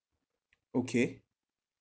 okay